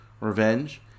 revenge